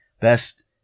best